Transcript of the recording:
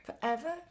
forever